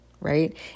right